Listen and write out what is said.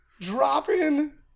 dropping